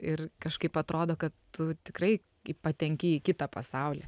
ir kažkaip atrodo kad tu tikrai patenki į kitą pasaulį